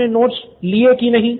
आपने नोट्स लिए कि नहीं